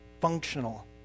functional